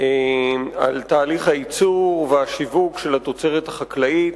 על תהליך הייצור והשיווק של התוצרת החקלאית.